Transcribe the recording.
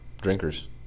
drinkers